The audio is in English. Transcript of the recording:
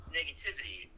negativity